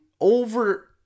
over